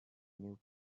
new